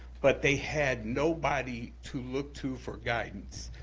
but they had nobody to look to for guidance.